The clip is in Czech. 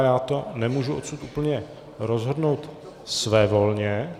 Já to nemůžu odsud úplně rozhodnout svévolně.